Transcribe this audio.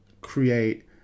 create